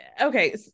okay